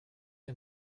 was